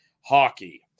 hockey